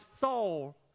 soul